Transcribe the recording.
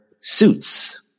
suits